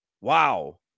wow